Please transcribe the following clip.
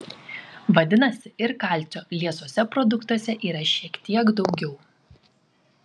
vadinasi ir kalcio liesuose produktuose yra šiek tiek daugiau